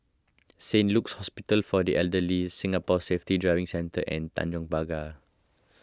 Saint Luke's Hospital for the Elderly Singapore Safety Driving Centre and Tanjong Pagar